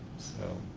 so.